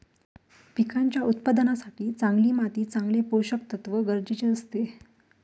पिकांच्या उत्पादनासाठी चांगली माती चांगले पोषकतत्व गरजेचे असते